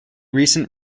recent